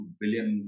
billion